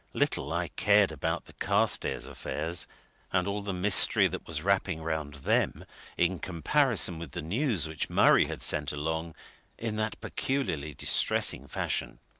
little i cared about the carstairs affairs and all the mystery that was wrapping round them in comparison with the news which murray had sent along in that peculiarly distressing fashion!